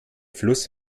fluss